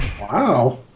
Wow